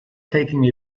taking